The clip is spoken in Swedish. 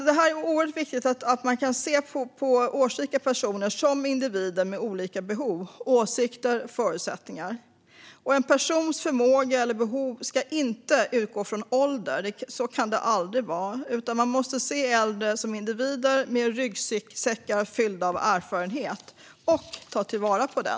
Det är oerhört viktigt att man kan se på årsrika personer som individer med olika behov, åsikter och förutsättningar. En persons förmåga eller behov ska inte utgå från ålder. Så kan det aldrig vara, utan man måste se äldre som individer med ryggsäckar fyllda av erfarenhet och ta vara på den.